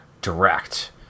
direct